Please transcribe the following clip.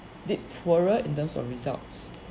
did poorer in terms of results